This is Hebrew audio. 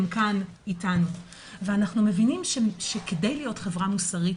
הם כאן איתנו ואנחנו מבינים שכדי להיות חברה מוסרית,